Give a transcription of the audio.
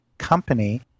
Company